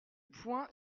point